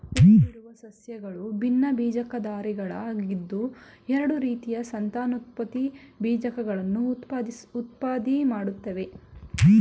ಹೂಬಿಡುವ ಸಸ್ಯಗಳು ಭಿನ್ನಬೀಜಕಧಾರಿಗಳಾಗಿದ್ದು ಎರಡು ರೀತಿಯ ಸಂತಾನೋತ್ಪತ್ತಿ ಬೀಜಕಗಳನ್ನು ಉತ್ಪತ್ತಿಮಾಡ್ತವೆ